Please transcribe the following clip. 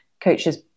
coaches